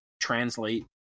translate